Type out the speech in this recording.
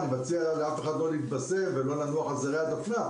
אני לא מציע לאף אחד להתבסם ולא לנוח על זרי הדפנה,